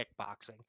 kickboxing